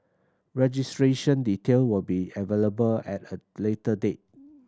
registration detail will be available at a later date